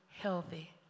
healthy